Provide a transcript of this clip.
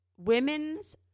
Women's